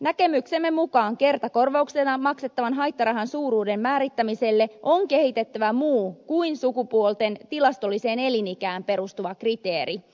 näkemyksemme mukaan kertakorvauksena maksettavan haittarahan suuruuden määrittämiselle on kehitettävä muu kuin sukupuolten tilastolliseen elinikään perustuva kriteeri